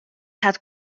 had